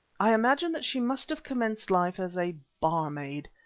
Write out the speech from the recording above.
i imagine that she must have commenced life as a barmaid,